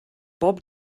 bob